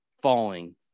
falling